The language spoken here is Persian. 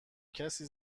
کسی